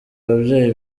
ababyeyi